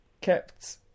kept